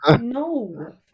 No